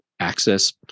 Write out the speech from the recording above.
access